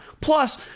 Plus